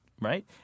right